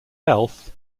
health